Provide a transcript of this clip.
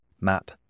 map